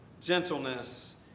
gentleness